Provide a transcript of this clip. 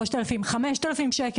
2,000, אפילו 5,000 ₪,